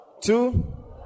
Two